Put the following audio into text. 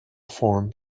form